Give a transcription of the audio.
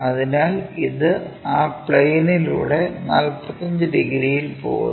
അതിനാൽ ഇത് ആ പ്ലെയിനിലൂടെ 45 ഡിഗ്രിയിൽ പോകുന്നു